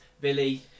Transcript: Billy